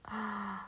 ah